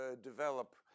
develop